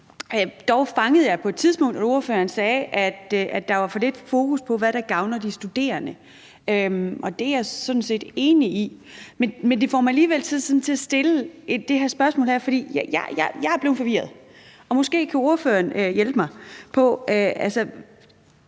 Jeg fangede dog på et tidspunkt, at ordføreren sagde, at der var for lidt fokus på, hvad der gavner de studerende. Det er jeg sådan set enig i. Men det får mig alligevel til at stille et spørgsmål, for jeg er blevet forvirret, og måske kan ordføreren hjælpe mig.